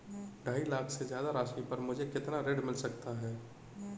ढाई लाख से ज्यादा राशि पर मुझे कितना ऋण मिल सकता है?